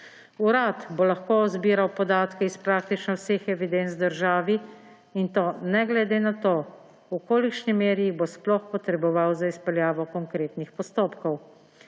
Urad bo lahko zbiral podatke iz praktično vseh evidenc v državi in to ne glede na to, v kolikšni meri bo sploh potreboval za izpeljavo konkretnih postopkov.